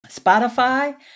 Spotify